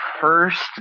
first